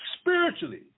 Spiritually